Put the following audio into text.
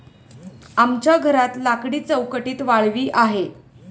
आमच्या घरात लाकडी चौकटीत वाळवी आहे